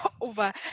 over